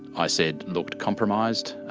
i said, looked compromised.